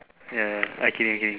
ya okay okay